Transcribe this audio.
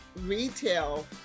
retail